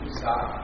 stop